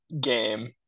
game